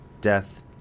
death